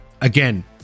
Again